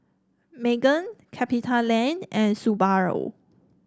Megan Capitaland and Subaru